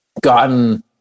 gotten